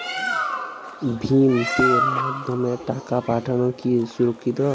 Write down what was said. ভিম পের মাধ্যমে টাকা পাঠানো কি সুরক্ষিত?